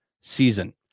season